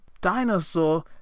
dinosaur